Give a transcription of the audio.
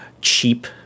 cheap